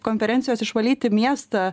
konferencijos išvalyti miestą